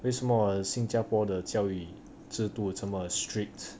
为什么新加坡的教育制度这么 strict